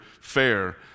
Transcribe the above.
fair